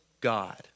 God